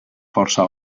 força